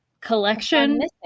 collection